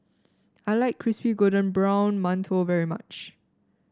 I like Crispy Golden Brown Mantou very much